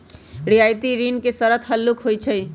रियायती ऋण के शरत हल्लुक होइ छइ